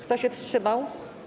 Kto się wstrzymał?